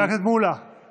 חבר הכנסת פטין מולא,